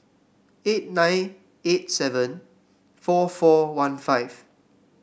eight nine eight seven four four one five